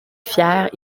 fière